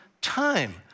time